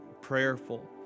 prayerful